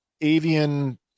avian